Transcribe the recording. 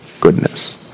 goodness